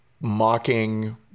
mocking